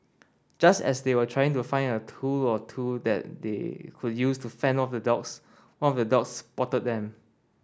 just as they were trying to find a tool or two that they could use to fend off the dogs one of the dogs spotted them